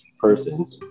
person